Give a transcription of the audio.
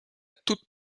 toute